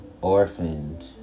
orphaned